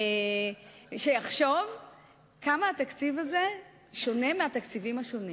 שיחשוב כמה התקציב הזה שונה מהתקציבים השונים.